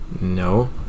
No